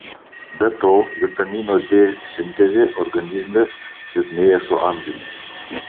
be to vitamino d sintezė organizme silpnėja su amžiumi